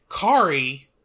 Kari